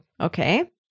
Okay